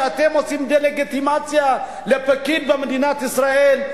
שאתם עושים דה-לגיטימציה לפקיד במדינת ישראל,